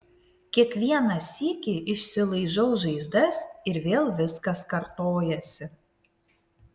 kiekvieną sykį išsilaižau žaizdas ir vėl viskas kartojasi